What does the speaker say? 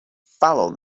follow